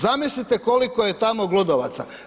Zamislite koliko je tamo glodavaca.